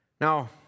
Now